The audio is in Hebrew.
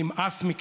נמאס מכם.